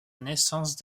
naissance